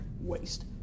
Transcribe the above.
waste